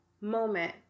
moment